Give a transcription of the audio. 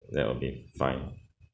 that will be fine